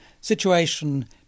situation